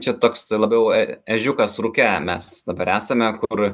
čia toks labiau e ežiukas rūke mes dabar esame kur